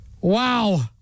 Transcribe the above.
Wow